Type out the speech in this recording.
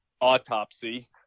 autopsy